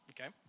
okay